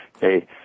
hey